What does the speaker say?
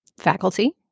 faculty